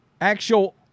Actual